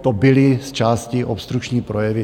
To byly zčásti obstrukční projevy.